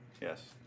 Yes